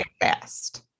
Fast